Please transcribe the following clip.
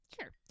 Sure